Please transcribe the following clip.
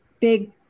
big